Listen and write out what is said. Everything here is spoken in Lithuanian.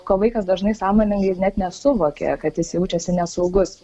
ko vaikas dažnai sąmoningai ir net nesuvokia kad jis jaučiasi nesaugus